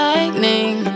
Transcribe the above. Lightning